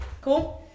Cool